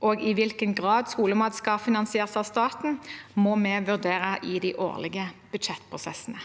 og i hvilken grad skolemat skal finansieres av staten, må vi vurdere i de årlige budsjettprosessene.